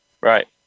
Right